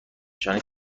نشانی